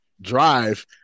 drive